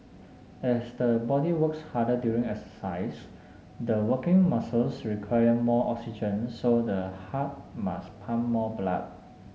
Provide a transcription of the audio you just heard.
as the body works harder during exercise the working muscles require more oxygen so the heart must pump more blood